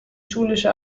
schulische